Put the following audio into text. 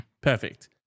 Perfect